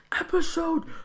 episode